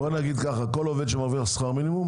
בוא נגיד שכל עובד שמרוויח שכר מינימום,